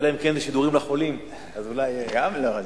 אלא אם כן זה שידורים לחולים, אז אולי, גם לא.